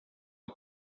har